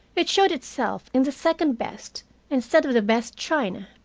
it showed itself in the second best instead of the best china,